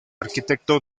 arquitecto